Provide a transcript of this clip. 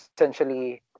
essentially